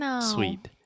sweet